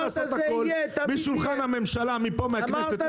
לעשות הכול משולחן הממשלה או מן הכנסת.